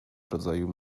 rodzaju